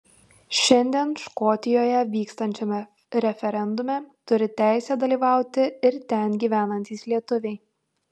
šiandien škotijoje vykstančiame referendume turi teisę dalyvauti ir ten gyvenantys lietuviai